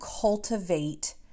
cultivate